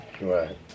Right